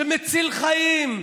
שמציל חיים,